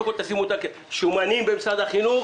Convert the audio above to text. אנחנו מכירים שומנים במשרד החינוך,